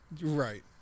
Right